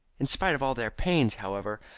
in spite of all their pains, however,